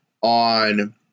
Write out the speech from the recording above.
on